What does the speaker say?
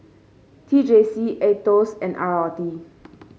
T J C Aetos and R R T